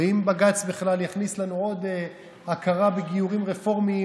ואם בג"ץ בכלל יכניס לנו עוד הכרה בגיורים רפורמיים,